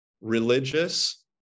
religious